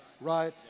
right